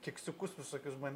keksiukus visokius band